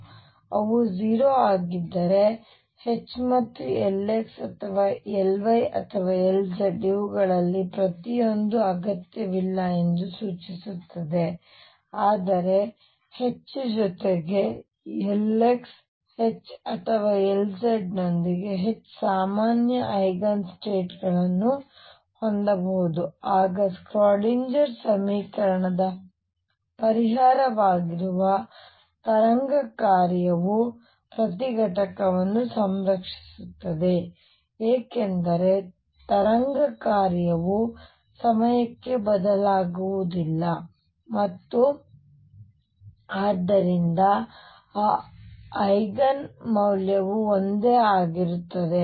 ಮತ್ತು ಅವು 0 ಆಗಿದ್ದರೆ H ಮತ್ತು Lx ಅಥವಾ Ly ಅಥವಾ Lz ಇವುಗಳಲ್ಲಿ ಪ್ರತಿಯೊಂದೂ ಅಗತ್ಯವಿಲ್ಲ ಎಂದು ಸೂಚಿಸುತ್ತದೆ ಆದರೆ H ಜೊತೆಗೆ Lx H ಅಥವಾ Lz ನೊಂದಿಗೆ H ಸಾಮಾನ್ಯ ಐಗನ್ ಸ್ಟೇಟ್ ಗಳನ್ನು ಹೊಂದಬಹುದು ಆಗ ಸ್ಕ್ರಾಡಿನ್ಜರ್Schrödinger ಸಮೀಕರಣದ ಪರಿಹಾರವಾಗಿರುವ ತರಂಗ ಕಾರ್ಯವು ಪ್ರತಿ ಘಟಕವನ್ನು ಸಂರಕ್ಷಿಸುತ್ತದೆ ಏಕೆಂದರೆ ತರಂಗ ಕಾರ್ಯವು ಸಮಯಕ್ಕೆ ಬದಲಾಗುವುದಿಲ್ಲ ಮತ್ತು ಆದ್ದರಿಂದ ಆ ಐಗನ್ ಮೌಲ್ಯವು ಒಂದೇ ಆಗಿರುತ್ತದೆ